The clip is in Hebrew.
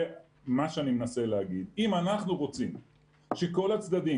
מה שאני מנסה להגיד אם אנחנו רוצים שכל הצדדים,